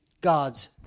God's